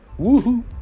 Woohoo